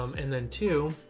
um and then too,